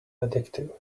addictive